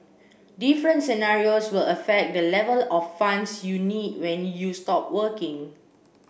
different scenarios will affect the level of funds you need when you stop working